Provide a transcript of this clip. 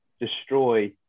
destroy